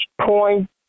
point